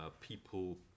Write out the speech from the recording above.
people